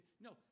No